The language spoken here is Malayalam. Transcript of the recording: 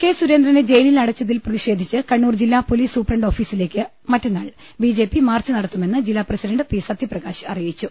കെ സുരേന്ദ്രനെ ജയിലിൽ അടച്ചതിൽ പ്രതിഷേധിച്ച് കണ്ണൂർ ജില്ലാ പൊലീസ് സൂപ്രണ്ട് ഓഫീസിലേക്ക് മറ്റന്നാൾ ബി ജെ പി മാർച്ച് നട ത്തുമെന്ന് ജില്ലാ പ്രസിഡണ്ട് പി സത്യപ്രകാശ് അറിയിച്ചു